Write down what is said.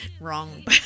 wrong